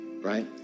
right